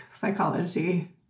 psychology